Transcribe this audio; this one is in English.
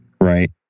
Right